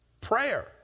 Prayer